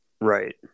Right